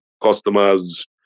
customers